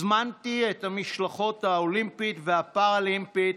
הזמנתי את המשלחת האולימפית והמשלחת הפראלימפית,